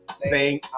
sing